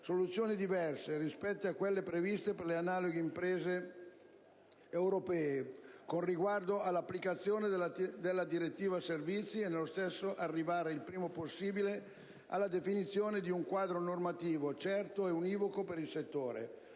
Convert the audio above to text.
soluzioni diverse rispetto a quelle previste per le analoghe imprese europee con riguardo all'applicazione della direttiva servizi e nello stesso tempo arrivare il prima possibile alla definizione di un quadro normativo certo e univoco per il settore,